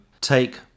take